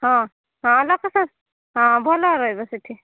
ହଁ ହଁ ଲୋକେସନ୍ ହଁ ଭଲରେ ରହିବ ସେଠି